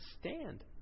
stand